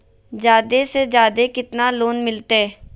जादे से जादे कितना लोन मिलते?